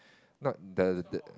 not the the